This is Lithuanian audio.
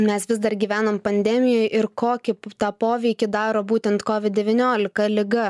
mes vis dar gyvenam pandemijoj ir kokį tą poveikį daro būtent kovid devyniolika liga